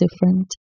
different